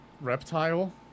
reptile